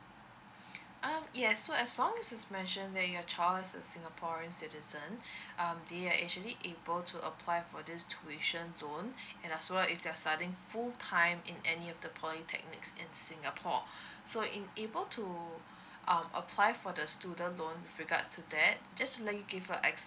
um yes so as long as it's mentioned that your child is a singaporean citizen um then you are actually able to apply for this tuition loan and as well if you're studying full time in any of the polytechnics in singapore so in able to um apply for the student loan with regards to that just like you give a